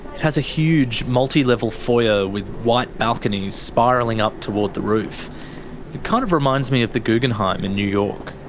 it has a huge multi-level foyer with white balconies spiralling up toward the roof. it kind of reminds me of the guggenheim in new york.